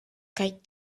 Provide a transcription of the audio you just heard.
kaj